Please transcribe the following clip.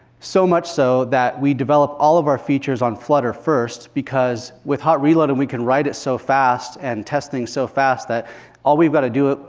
so much so that we develop all of our features on flutter first because with hot reloading we can write it so fast, and testing is so fast that all we've got to do,